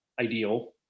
ideal